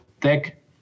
thick